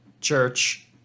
church